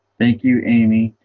thank you, amy.